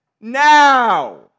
now